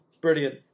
brilliant